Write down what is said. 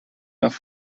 nach